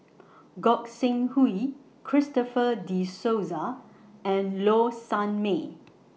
Gog Sing Hooi Christopher De Souza and Low Sanmay